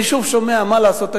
אני שוב שומע, מה לעשות?